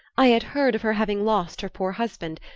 i had heard of her having lost her poor husband,